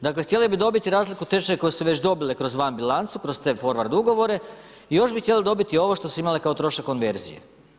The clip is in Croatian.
Dakle, htjeli bi dobiti razliku tečaja koju su već dobili kroz van bilance kroz te forvard ugovore, i još bi htjeli dobiti ovo što su imali kao trošak konverzije.